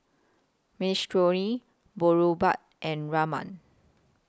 Minestrone Boribap and Rajma